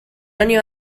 año